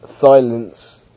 silence